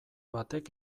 batek